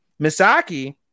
misaki